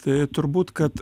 tai turbūt kad